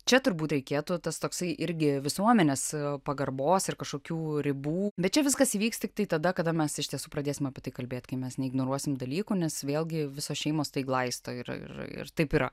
čia turbūt reikėtų tas toksai irgi visuomenės pagarbos ir kažkokių ribų bet čia viskas įvyks tiktai tada kada mes iš tiesų pradėsime apie tai kalbėt kai mes neignoruosim dalykų nes vėlgi visos šeimos tai glaisto ir ir taip yra